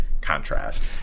contrast